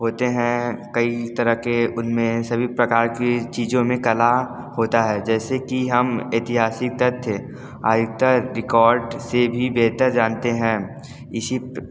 होते हैं कई तरह के उनमें सभी प्रकार के चीज़ों में कला होता है जैसे कि हम ऐतिहासिक तथ्य आईक्तर रिकॉर्ड से भी बेहतर जानते हैं इसी प्र